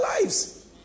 lives